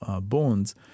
bonds